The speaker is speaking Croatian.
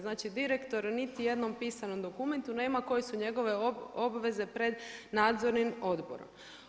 Znači direktor niti u jednom pisanom dokumentu nema koje su njegove obveze pred Nadzornim odborom.